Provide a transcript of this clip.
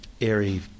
airy